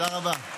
תודה רבה.